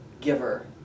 giver